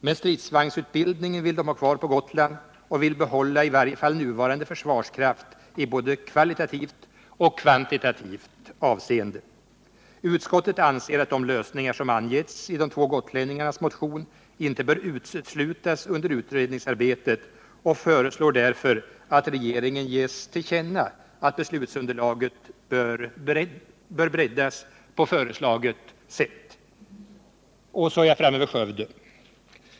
Men stridsvagnsutbildningen vill de ha kvar på Gotland, och de vill behålla i varje fall nuvarande försvarskraft i både kvalitativt och kvantitativt avseende. Utskottet anser att de lösningar som angetts i de två gotlänningarnas motion inte bör uteslutas under utredningsarbetet och föreslår därför att regeringen ges till känna att beslutsunderlaget bör breddas på föreslaget sätt. Och så är jag då framme vid Skövde.